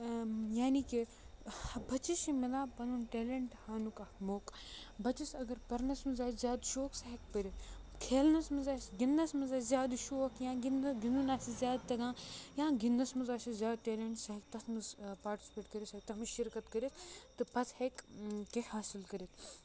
یعنی کہِ بَچَس چھُ مِلان پَنُن ٹیلَنٹ ہاونُک اکھ موقع بَچَس اَگر پَرنَس منٛز آسہِ زیادٕ شوق سُہ ہٮ۪کہِ پٔرِتھ کھیلنَس منٛز آسہِ گِندنَس منٛز آسہِ زیادٕ شوق یا گِندنَس گَندُن آسہِ زیادٕ تَگان یا گِندنَس منٛز آسٮ۪س زیادٕ ٹیلینٹ سُہ ہیٚکہِ تَتھ منٛز پاٹِسِپیٹ کٔرِتھ سُہ ہیٚکہِ تَتھ منٛز شِرکت کٔرِتھ تہٕ پَتہٕ ہیٚکہِ کیٚنٛہہ حٲصِل کٔرِتھ